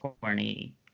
corny